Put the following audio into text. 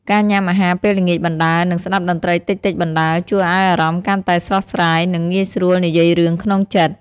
ការញ៉ាំអាហារពេលល្ងាចបណ្ដើរ និងស្ដាប់តន្ត្រីតិចៗបណ្ដើរ ជួយឱ្យអារម្មណ៍កាន់តែស្រស់ស្រាយ និងងាយស្រួលនិយាយរឿងក្នុងចិត្ត។